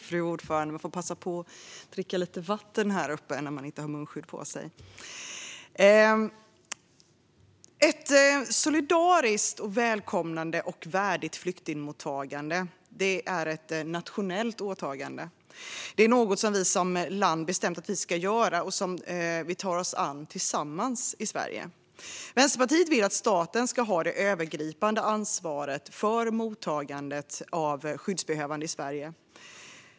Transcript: Fru talman! Ett solidariskt, välkomnande och värdigt flyktingmottagande är ett nationellt åtagande. Det är något vi som land bestämt att vi ska göra och som vi tar oss an tillsammans i Sverige. Vänsterpartiet vill att staten ska ha det övergripande ansvaret för mottagandet av skyddsbehövande i Sverige.